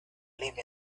live